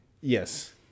yes